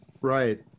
Right